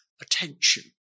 attention